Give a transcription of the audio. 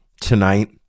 tonight